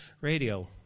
radio